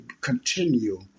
continue